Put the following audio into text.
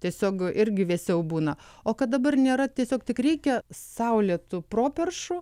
tiesiog irgi vėsiau būna o kad dabar nėra tiesiog tik reikia saulėtų properšų